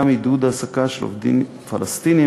גם עידוד העסקה של עובדים פלסטינים